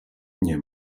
nie